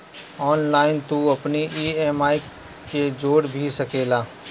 online तू अपनी EMI के जोड़ भी सकेला